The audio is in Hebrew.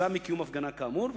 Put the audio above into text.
כתוצאה מקיום הפגנה כאמור,